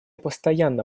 постоянно